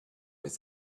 with